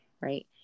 Right